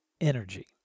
energy